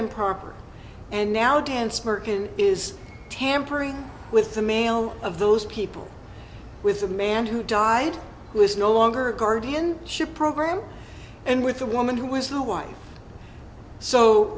improper and now dance merkin is tampering with the mail of those people with a man who died who is no longer guardian schip program and with the woman who was the wife so